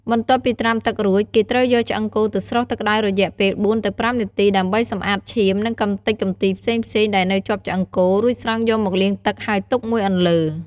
បន្ទាប់ពីត្រាំទឹករួច គេត្រូវយកឆ្អឹងគោទៅស្រុះទឹកក្ដៅរយៈពេលបួនទៅប្រាំនាទី ដើម្បីសម្អាតឈាម និងកម្ទេចកម្ទីផ្សេងៗដែលនៅជាប់ឆ្អឹងគោ រួចស្រង់យកមកលាងទឹកហើយទុកមួយអន្លើ។